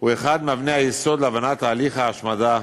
הוא אחת מאבני היסוד להבנת תהליך ההשמדה,